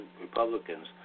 Republicans